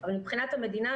אבל מבחינת המדינה,